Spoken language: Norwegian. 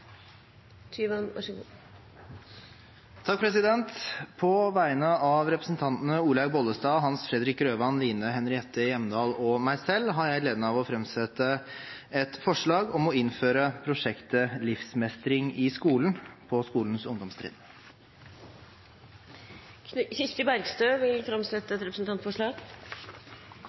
På vegne av representantene Olaug V. Bollestad, Hans Fredrik Grøvan, Line Henriette Hjemdal og meg selv har jeg gleden av å framsette et forslag om å innføre prosjektet «Livsmestring i skolen» på skolens ungdomstrinn. Representanten Kirsti Bergstø vil framsette et representantforslag.